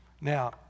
Now